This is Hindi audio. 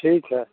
ठीक है